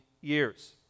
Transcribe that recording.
years